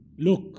Look